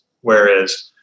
Whereas